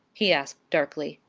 he asked darkly.